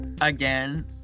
again